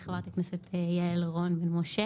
אני רוצה לברך את חברת הכנסת יעל רון בן משה